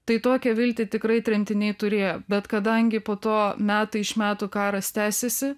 tai tokią viltį tikrai tremtiniai turėjo bet kadangi po to metai iš metų karas tęsiasi